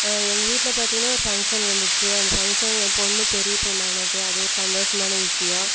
எங்கள் வீட்டில் பார்த்தீங்கன்னா ஒரு ஃபங்சன் வந்துச்சு அந்த ஃபங்சன் என் பொண்ணு பெரிய பொண்ணானது அது ஒரு சந்தோஷமான விஷயம்